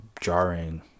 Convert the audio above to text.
jarring